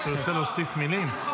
אתה רוצה להוסיף מילים?